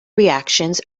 reactions